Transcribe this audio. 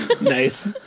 Nice